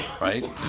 right